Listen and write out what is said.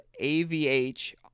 AVH